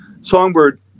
songbird